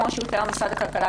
כמו במשרד הכלכלה,